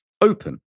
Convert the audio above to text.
Open